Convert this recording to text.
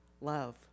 love